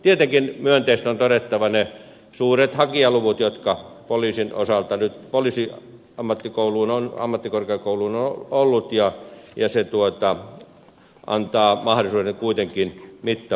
tietenkin myönteisesti on todettava ne suuret hakijaluvut jotka poliisin osalta poliisiammattikorkeakouluun ovat olleet ja se antaa mahdollisuuden kuitenkin mittavaan valintaan